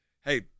Hey